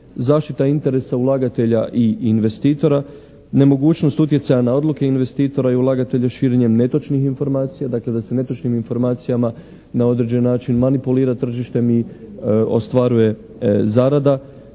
Zaštita interesa ulagatelja i investitora. Nemogućnost utjecaja na odluke investitora i ulagatelja širenjem netočnih informacija. Dakle da se netočnim informacijama na određen način manipulira tržištem i ostvaruje zarada.